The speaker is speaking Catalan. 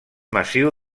massiu